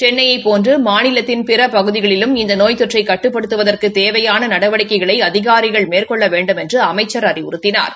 சென்னையைப் போன்று மாநிலத்தின் பிறபகுதிகளிலும் இந்த நோய் தொற்றை கட்டுப்படுத்துவதற்குத் தேவையான நடவடிக்கைகளை அதிகாரிகள் மேற்கொள்ள வேண்டுமென்று அமைச்சா் அறிவுறுத்தினாா்